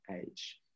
age